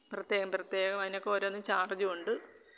പ്രത്യേകം പ്രത്യേകം അതിനൊക്കെ ഓരോന്ന് ചാർജ്ജും ഉണ്ട്